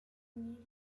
unir